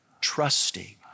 trusting